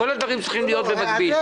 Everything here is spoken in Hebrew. כל הדברים צריכים להיות במקביל.